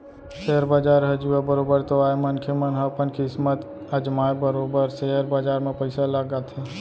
share बजार ह जुआ बरोबर तो आय मनखे मन ह अपन किस्मत अजमाय बरोबर सेयर बजार म पइसा लगाथे